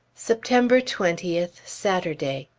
september twentieth, saturday.